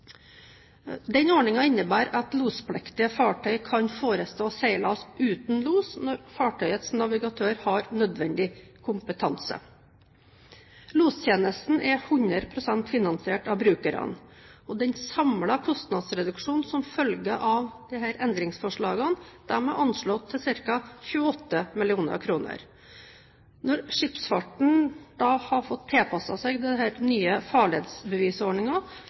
innebærer at lospliktige fartøy kan forestå seilas uten los når fartøyets navigatør har nødvendig kompetanse. Lostjenesten er 100 pst. finansiert av brukerne. Den samlede kostnadsreduksjonen som følge av disse endringsforslagene er anslått til ca. 28 mill. kr. Når skipsfarten har fått tilpasset seg den nye